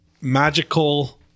magical